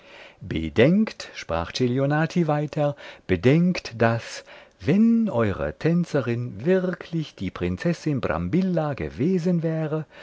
bedenkt sprach celionati weiter bedenkt daß wenn eure tänzerin wirklich die prinzessin brambilla gewesen wäre